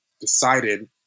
decided